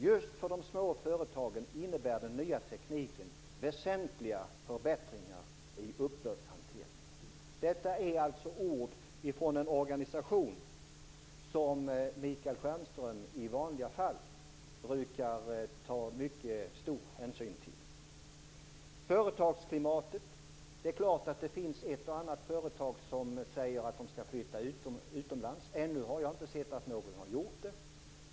Just för de små företagen innebär den nya tekniken väsentliga förbättringar i uppbördshanteringen." Detta är alltså ord från en organisation som Michael Stjernström i vanliga fall tar mycket stor hänsyn till. När det gäller företagsklimatet finns det självfallet ett och annat företag som säger att de skall flytta utomlands. Ännu har jag inte sett att något företag har gjort det.